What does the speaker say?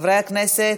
חברי הכנסת,